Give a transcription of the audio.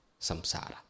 samsara